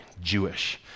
Jewish